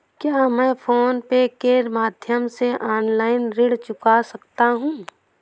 क्या मैं फोन पे के माध्यम से ऑनलाइन ऋण चुका सकता हूँ?